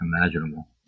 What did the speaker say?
imaginable